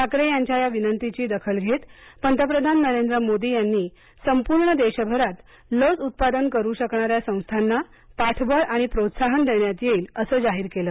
ठाकरे यांच्या या विनंतीची दखल घेत पंतप्रधान नरेंद्र मोदी यांनी संपूर्ण देशभरात लस उत्पादन करू शकणाऱ्या संस्थांना पाठबळ आणि प्रोत्साहन देण्यात येईल असं जाहीर केलं